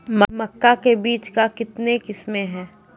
मक्का के बीज का कितने किसमें हैं?